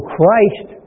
Christ